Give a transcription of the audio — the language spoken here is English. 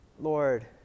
Lord